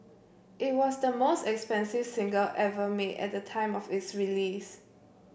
it was the most expensive single ever made at the time of its release